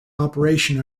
operation